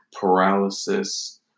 paralysis